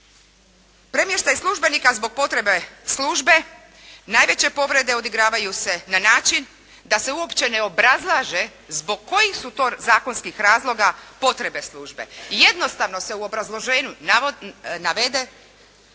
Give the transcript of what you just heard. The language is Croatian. Premještaj službenika zbog potrebe službe, najveće povrede odigravaju se na način da se uopće ne obrazlaže zbog kojih su to zakonskih razloga potrebe službe. Jednostavno se u obrazloženju navede